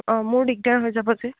অঁ মোৰ দিগদাৰ হৈ যাব যে